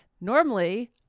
Normally